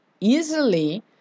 easily